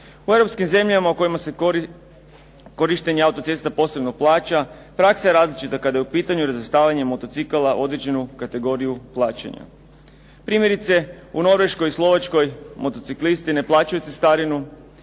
U europskim zemljama u kojima se korištenje autocesta posebno plaća, praksa je različita kada je u pitanju razvrstavanje motocikala u određenu kategoriju plaćanja. Primjerice, u Norveškoj i Slovačkoj motociklisti ne plaćaju cestarinu,